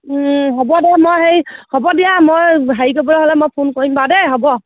হ'ব দে মই হেৰি হ'ব দিয়া মই হেৰি কৰিবলৈ হ'লে মই ফোন কৰিম বাৰু দেই হ'ব